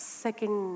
second